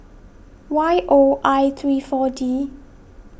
Y O I three four D